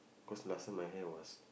cause last time my hair was